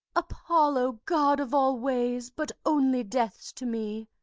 apollo! god of all ways, but only death's to me,